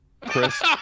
Chris